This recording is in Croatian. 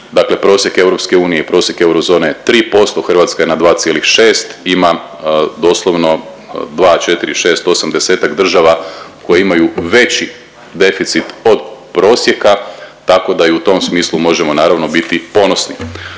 Dakle, prosjek EU i prosjek eurozone je 3%, Hrvatska je na 2,6 ima doslovno 2, 4, 6, 8, 10-ak država koje imaju veći deficit od prosjeka tako da i u tom smislu možemo naravno biti ponosi.